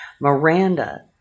Miranda